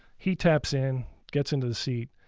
he taps in, gets into the seat.